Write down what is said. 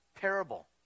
parable